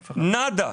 נאדה.